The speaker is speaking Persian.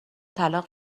طلاق